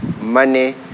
Money